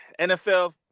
NFL